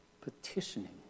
petitioning